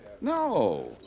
No